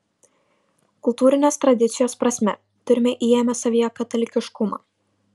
kultūrinės tradicijos prasme turime įėmę savyje katalikiškumą